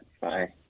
Bye